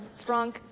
strong